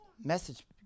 message